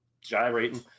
gyrating